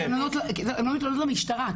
הן לא מתלוננות במשפחה,